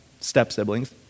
step-siblings